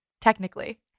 technically